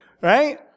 right